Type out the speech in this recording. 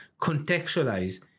Contextualize